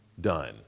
done